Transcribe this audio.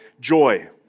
joy